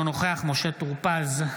אינו נוכח משה טור פז,